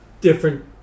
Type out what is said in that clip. different